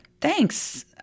Thanks